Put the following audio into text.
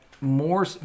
more